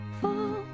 fall